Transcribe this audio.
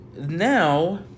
Now